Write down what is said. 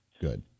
Good